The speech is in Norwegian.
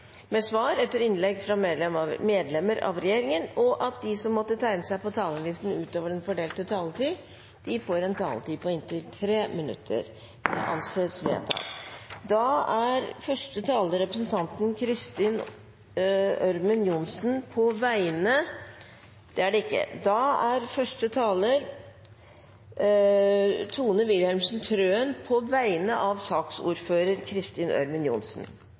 med svar etter innlegg av medlemmer av regjeringen, og at de som måtte tegne seg på talerlisten utover den fordelte taletid, får en taletid på inntil 3 minutter. – Det anses vedtatt. Første taler er Tone Wilhelmsen Trøen, på vegne av saksordfører Kristin Ørmen Johnsen.